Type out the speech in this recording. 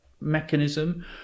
mechanism